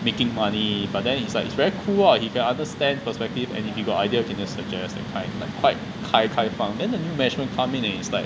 making money but then it's like it's very cool lah he can understand perspective and if you got idea you can just suggest that kind quite 开开放 then the new management come in and he's like